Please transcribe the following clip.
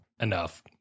enough